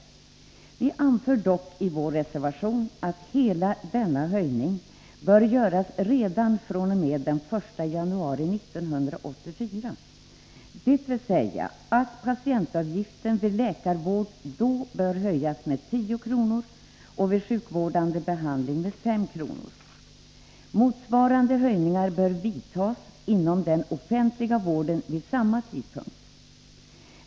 Vi anför dock i vår reservation att hela denna höjning bör göras redan fr.o.m. den 1 januari 1984, dvs. att patientavgiften vid läkarvård då bör höjas med 10 kr. och vid sjukvårdande behandling med 5 kr. Motsvarande höjningar bör genomföras inom den offentliga vården vid samma tidpunkt.